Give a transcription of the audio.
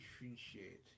differentiate